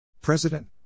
President